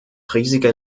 riesige